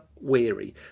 weary